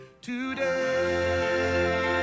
today